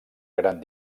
gran